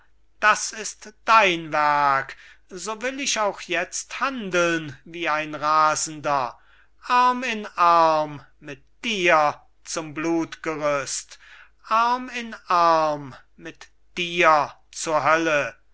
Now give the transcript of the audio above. das ist wahr das ist dein werk so will ich auch jetzt handeln wie ein rasender arm in arm mit dir zum blutgerüst arm in arm mit dir zur hölle